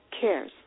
cares